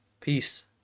Peace